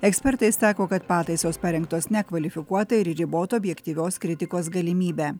ekspertai sako kad pataisos parengtos nekvalifikuotai ir ribotų objektyvios kritikos galimybę